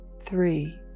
three